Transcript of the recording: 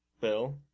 Bill